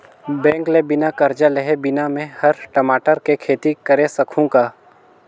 bank ले बिना करजा लेहे बिना में हर टमाटर के खेती करे सकहुँ गा